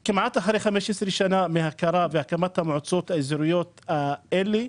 אחרי כמעט 15 שנים מההכרה ומהקמת המועצות האזוריות האלו,